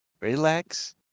Relax